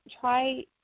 try